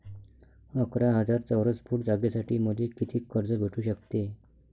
अकरा हजार चौरस फुट जागेसाठी मले कितीक कर्ज भेटू शकते?